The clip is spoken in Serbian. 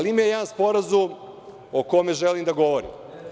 Ima jedan sporazum o kome želim da govorim.